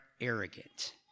arrogant